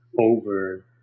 over